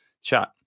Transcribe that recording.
chat